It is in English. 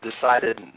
decided